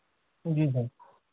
जी sir